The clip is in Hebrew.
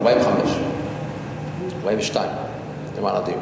45. 42, למען הדיוק.